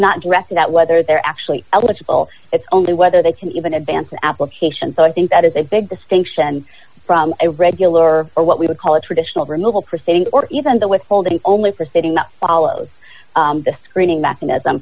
not directed at whether they're actually eligible it's only whether they can even advance an application so i think that is a big distinction from a regular or what we would call a traditional removal proceedings or even the withholding only for setting up follows the screening me